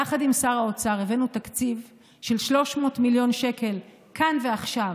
יחד עם שר האוצר הבאנו תקציב של 300 מיליון שקל כאן ועכשיו,